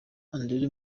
adrien